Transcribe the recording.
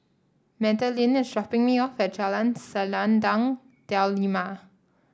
Madelynn is dropping me off at Jalan Selendang Delima